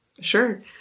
Sure